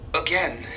Again